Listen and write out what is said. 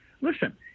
listen